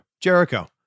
jericho